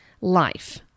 life